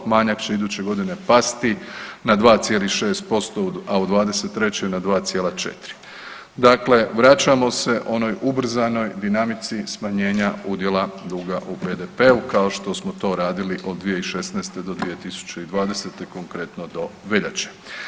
Manjak će iduće godine pasti na 2,6%, a u '23. na 2,4, dakle vraćamo se onoj ubrzanoj dinamici smanjenja udjela duga u BDP-u, kao što smo to radili od 2016. do 2020., konkretno do veljače.